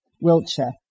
Wiltshire